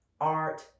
art